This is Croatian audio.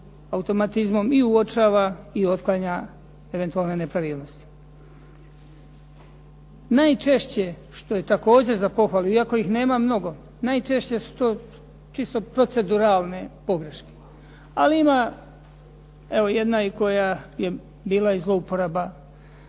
automatizmom i uočava i otklanja eventualne nepravilnosti. Najčešće, što je također za pohvalu ali ih nema mnogo, najčešće su to čisto proceduralne pogreške, ali ima jedna koja je bila zlouporaba